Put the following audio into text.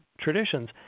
traditions